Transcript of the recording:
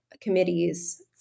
committees